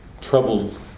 troubled